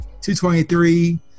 223